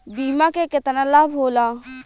बीमा के केतना लाभ होला?